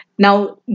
Now